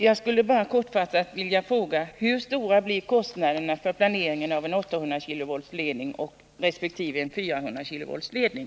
Jag skulle bara kortfattat vilja fråga: Hur stora blir investeringskostnaderna för en 800 kV-ledning resp. en 400 kV-ledning?